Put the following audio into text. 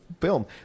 film